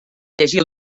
llegir